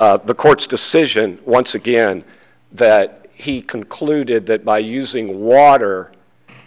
y the court's decision once again that he concluded that by using water